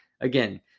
again